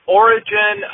origin